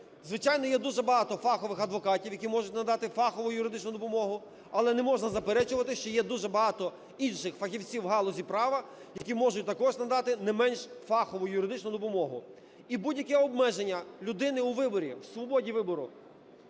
Звичайно, є дуже багато фахових адвокатів, які можуть надати фахову юридичну допомогу, але не можна заперечувати, що є дуже багато інших фахівців в галузі права, які можуть також надати не менш фахову юридичну допомогу. І будь-яке обмеження людини у свободі вибору,